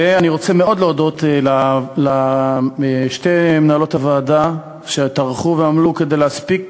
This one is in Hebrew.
אני רוצה מאוד להודות לשתי מנהלות הוועדה שטרחו ועמלו כדי להספיק